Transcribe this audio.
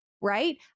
right